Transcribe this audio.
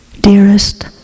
Dearest